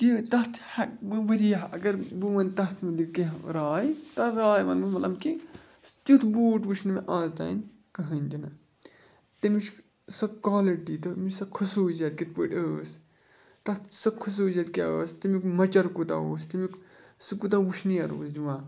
کہِ تَتھ ہٮ۪کہٕ بہٕ ؤریاہ اگر بہٕ وَنہٕ تَتھ مطلب کینٛہہ راے تَتھ راے وَنہٕ بہٕ مطلب کہِ تیُتھ بوٗٹھ وُچھ نہٕ مےٚ آز تانۍ کٕہٕنۍ تِنہٕ تمِچ سۄ کالٹی تٔمِچ سۄ خصوٗصیت کِتھ پٲٹھۍ ٲس تَتھ سۄ خصوٗصیت کیٛاہ ٲس تَمیُک مَۄچَر کوٗتاہ اوس تمیُک سُہ کوٗتاہ وُشنیر اوس دِوان